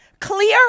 Clear